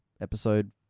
episode